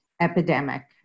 epidemic